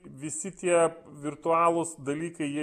visi tie virtualūs dalykai jie